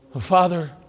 Father